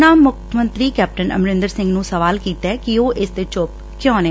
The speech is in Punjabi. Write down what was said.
ਉਨ੍ਹਾਂ ਮੰਤਰੀ ਕੈਪਟਨ ਅਮਰਿੰਦਰ ਸਿੰਘ ਨੂੰ ਸਵਾਲ ਕੀਤਾ ਕਿ ਉਹ ਇਸ ਤੇ ਚੁੱਪ ਕਿਉ ਨੇ